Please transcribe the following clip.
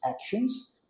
actions